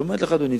שאומרת לך: אדוני,